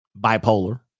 Bipolar